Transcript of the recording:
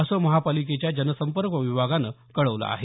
असं महापालिकेच्या जनसंपर्क विभागानं कळवलं आहे